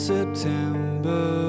September